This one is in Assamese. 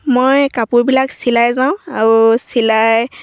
মই কাপোৰবিলাক চিলাই যাওঁ আৰু চিলাই